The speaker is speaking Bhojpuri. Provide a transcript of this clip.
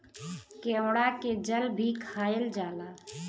केवड़ा के जल भी खायल जाला